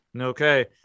Okay